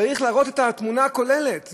צריך להראות את התמונה הכוללת,